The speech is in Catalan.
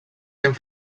sent